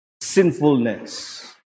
Sinfulness